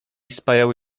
spajały